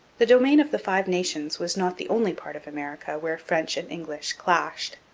the domain of the five nations was not the only part of america where french and english clashed.